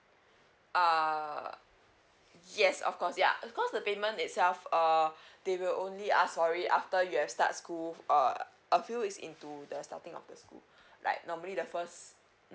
uh yes of course yeah of course the payment itself err they will only ask for it after you have start school uh a few weeks into the starting of the school like normally the first